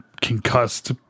concussed